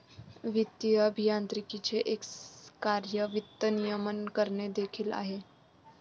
वित्तीय अभियांत्रिकीचे एक कार्य वित्त नियमन करणे देखील आहे